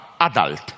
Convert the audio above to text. adult